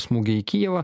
smūgiai į kijevą